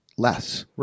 less